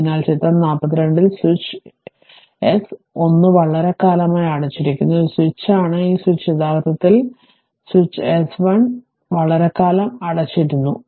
അതിനാൽ ചിത്രം 42 ൽ സ്വിച്ച് എസ് 1 വളരെക്കാലമായി അടച്ചിരിക്കുന്നു ഇത് സ്വിച്ച് ആണ് ഈ സ്വിച്ച് യഥാർത്ഥത്തിൽ ഈ സ്വിച്ച് എസ് 1 വളരെക്കാലം അടച്ചിരുന്നു